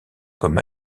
comme